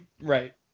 Right